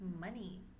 money